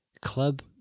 Club